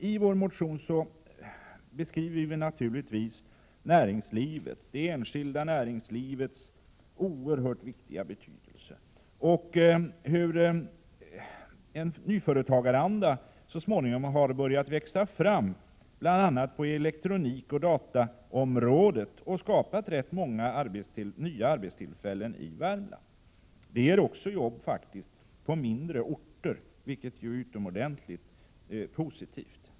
I vår motion beskriver vi naturligtvis det enskilda näringslivets oerhört stora betydelse. En nyföretagaranda har så småningom börjat växa fram bl.a. på elektronikoch dataområdet, vilket skapat rätt många nya arbetstillfällen i Värmland. Detta ger faktiskt också arbete på mindre orter, vilket ju är utomordentligt positivt.